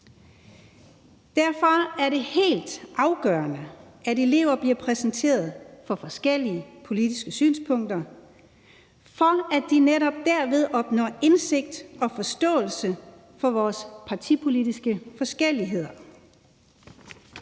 Derfor er det helt afgørende, at elever bliver præsenteret for forskellige politiske synspunkter, for at de netop derved opnår indsigt i og forståelse for vores partipolitiske forskelligheder,